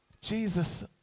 Jesus